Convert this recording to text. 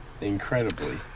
Incredibly